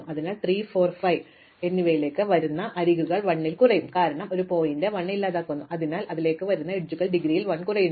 അതിനാൽ 3 4 5 എന്നിവയിലേക്ക് വരുന്ന അരികുകൾ 1 കുറയും കാരണം ഒരു ശീർഷകം 1 ഇല്ലാതാകുന്നു അതിനാൽ അവയിലേക്ക് വരുന്ന അരികുകൾ ഡിഗ്രിയിൽ 1 കുറയുന്നു